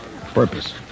Purpose